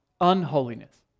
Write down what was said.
unholiness